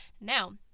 Now